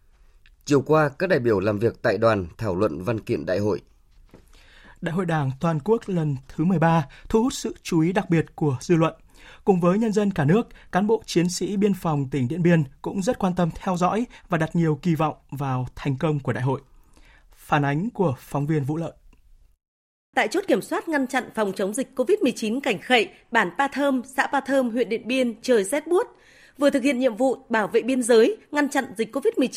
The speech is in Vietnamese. Chiều qua, các đại biểu làm việc tại đoàn thảo luận văn kiện đại hội. Đại hội Đảng Toàn quốc lần thứ 13 thu hút sự chú ý đặc biệt của dư luận. Cùng với nhân dân cả nước, cán bộ chiến sĩ biên phòng tỉnh Điện Biên cũng rất quan tâm theo dõi và đặt nhiều kỳ vọng vào thành công của đại hội. Phản ánh của phóng viên Vũ Lợi. Tại chốt kiểm soát ngăn chặn phòng chống dịch COVID-19 cảnh khậy, bản Pa Thơm, xã Pa Thơm, huyện Điện Biên, trời rét buốt. Vừa thực hiện nhiệm vụ bảo vệ biên giới, ngăn chặn dịch COVID-19